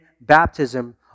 baptism